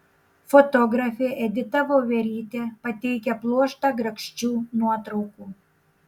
fotografė edita voverytė pateikia pluoštą grakščių nuotraukų